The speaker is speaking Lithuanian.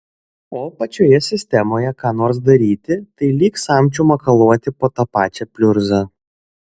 o pačioje sistemoje ką nors daryti tai lyg samčiu makaluoti po tą pačią pliurzą